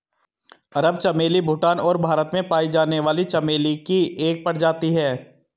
अरब चमेली भूटान और भारत में पाई जाने वाली चमेली की एक प्रजाति है